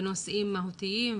בנושאים מהותיים,